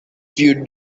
you